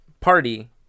party